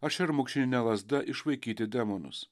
ar šermukšnine lazda išvaikyti demonus